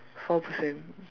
four person